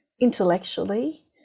intellectually